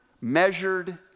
measured